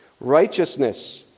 Righteousness